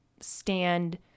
stand